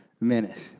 minutes